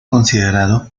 considerado